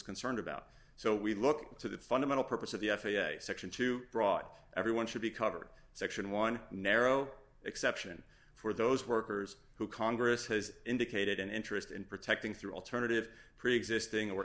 concerned about so we look to the fundamental purpose of the f a a section two broad everyone should be covered section one narrow exception for those workers who congress has indicated an interest in protecting through alternative preexisting or